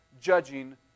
judging